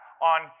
on